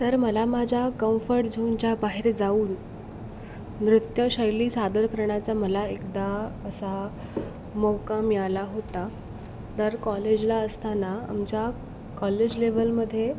तर मला माझ्या कम्फर्ट झोनच्या बाहेर जाऊन नृत्यशैली सादर करण्याचा मला एकदा असा मौका मिळाला होता तर कॉलेजला असताना आमच्या कॉलेज लेवलमध्ये